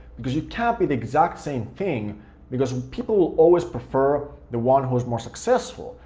because you can't be the exact same thing because people will always prefer the one who is more successful,